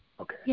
Okay